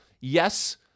yes